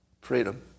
Freedom